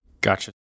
Gotcha